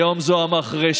היום זו המחרשה,